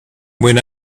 when